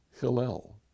Hillel